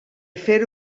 fer